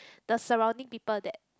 the surrounding people that